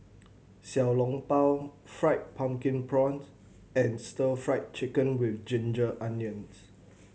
Xiao Long Bao Fried Pumpkin Prawns and Stir Fried Chicken With Ginger Onions